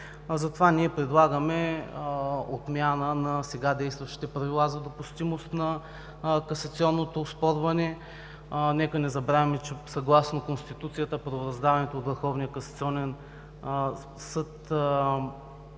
Ние предлагаме отмяна на сега действащите правила за допустимост на касационното оспорване. Нека не забравяме, че съгласно Конституцията правораздаването от Върховния касационен съд